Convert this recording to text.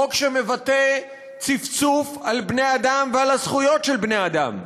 חוק שמבטא צפצוף על בני-אדם ועל הזכויות של בני-אדם.